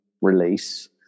release